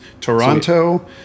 Toronto